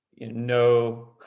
no